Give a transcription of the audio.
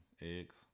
eggs